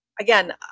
again